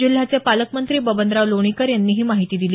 जिल्ह्याचे पालकमंत्री बबनराव लोणीकर यांनी ही माहिती दिली